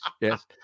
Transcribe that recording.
yes